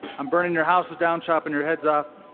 i'm burning your houses down chopping your heads off,